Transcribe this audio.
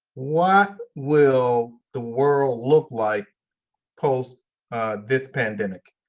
what will the world look like post this pandemic?